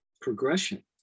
progression